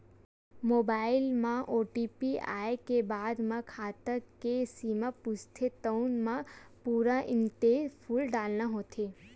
mobile म OTP आए के बाद म खाता के सीमा पूछथे तउन म पूरा नइते फूल डारना होथे